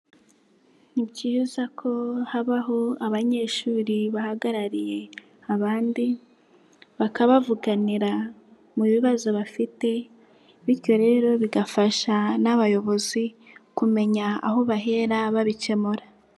Ni byiza ko habaho abanyeshuri bahagarariye abandi bakabavuganira mu bibazo bafite bityo rero bigafasha n'abayobozi kumenya aho bahera babikemura.